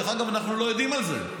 דרך אגב, אנחנו לא יודעים על זה.